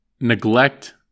neglect